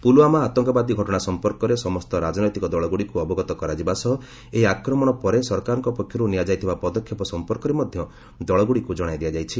ପୁଲଓ୍ୱାମା ଆତଙ୍କବାଦୀ ଘଟଣା ସଂପର୍କରେ ସମସ୍ତ ରାଜନୈତିକ ଦଳଗୁଡ଼ିକୁ ଅବଗତ କରାଯିବା ସହ ଏହି ଆକ୍ରମଣ ପରେ ସରକାରଙ୍କ ପକ୍ଷରୁ ନିଆଯାଇଥିବା ପଦକ୍ଷେପ ସଂପର୍କରେ ମଧ୍ୟ ଦଳଗୁଡ଼ିକୁ ଜଣାଇ ଦିଆଯାଇଛି